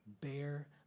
bear